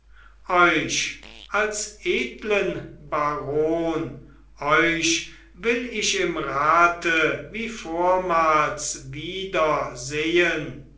euch als edlen baron euch will ich im rate wie vormals